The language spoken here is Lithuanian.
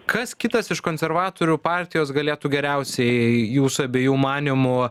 kas kitas iš konservatorių partijos galėtų geriausiai jūsų abiejų manymu